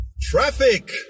Traffic